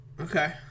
Okay